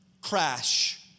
crash